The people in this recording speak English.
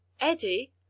Eddie